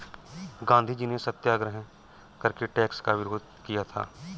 गांधीजी ने सत्याग्रह करके टैक्स का विरोध किया था